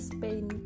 Spain